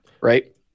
Right